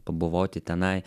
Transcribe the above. pabuvoti tenai